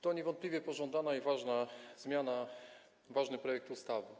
To niewątpliwie pożądana i ważna zmiana, ważny projekt ustawy.